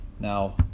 Now